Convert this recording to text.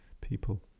people